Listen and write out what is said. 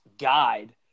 guide